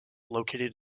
located